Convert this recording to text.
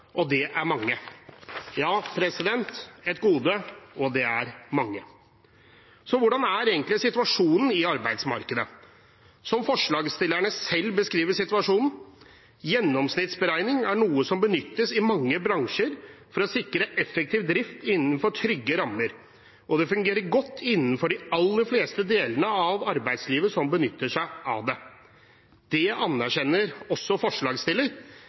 og det er mange. Så hvordan er egentlig situasjonen i arbeidsmarkedet? Som forslagsstillerne selv beskriver situasjonen: Gjennomsnittsberegning er noe som benyttes i mange bransjer for å sikre effektiv drift innenfor trygge rammer, og det fungerer godt innenfor de aller fleste delene av arbeidslivet som benytter seg av det. Det anerkjenner også